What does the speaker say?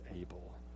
able